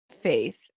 faith